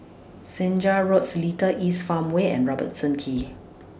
Senja Road Seletar East Farmway and Robertson Quay